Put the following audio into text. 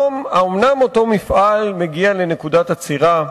האומנם אותו מפעל מגיע לנקודת עצירה?